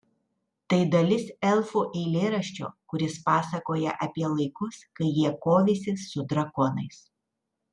tai dalis elfų eilėraščio kuris pasakoja apie laikus kai jie kovėsi su drakonais